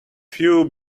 few